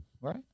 right